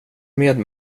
med